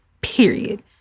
period